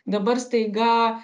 dabar staiga